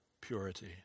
purity